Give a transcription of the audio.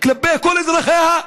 כלפי כל אזרחיה?